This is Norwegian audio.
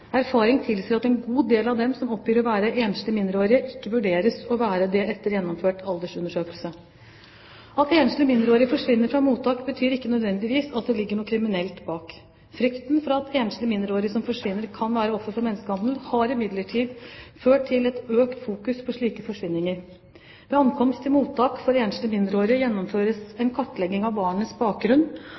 Erfaring tilsier at en god del av dem som oppgir å være enslige mindreårige, ikke vurderes å være det etter gjennomført aldersundersøkelse. At enslige mindreårige forsvinner fra mottak, betyr ikke nødvendigvis at det ligger noe kriminelt bak. Frykten for at enslige mindreårige som forsvinner, kan være ofre for menneskehandel, har imidlertid ført til et økt fokus på slike forsvinninger. Ved ankomst til mottak for enslige mindreårige gjennomføres en kartlegging av barnas bakgrunn,